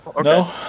no